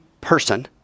person